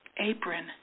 apron